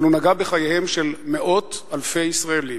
אבל הוא נגע בחייהם של מאות אלפי ישראלים.